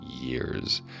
years